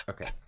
Okay